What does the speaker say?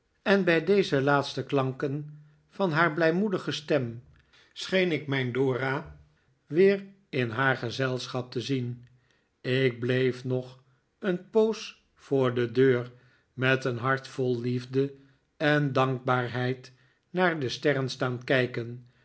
en bij deze laatste klanken van haar blijmoedige stem scheen ik mijn dora weer in haar gezelschap te zien ik bleef nog een poos voor de deur met een hart vol liefde en dankbaarheid naar de sterren staan kijken